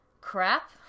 crap